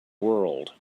world